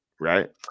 right